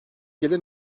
gelir